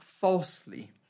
falsely